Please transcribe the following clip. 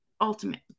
ultimate